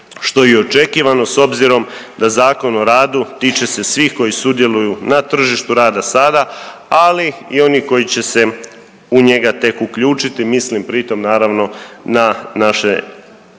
što je i očekivano s obzirom da Zakon o radu tiče se svih koji sudjeluju na tržištu rada sada, ali i oni koji će se u njega tek uključiti mislim pritom naravno na naše